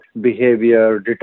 behavior